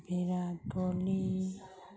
Virat Kohli